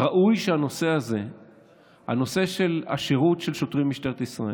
ראוי שהנושא הזה של השירות של שוטרי משטרת ישראל,